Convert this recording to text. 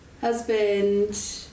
husband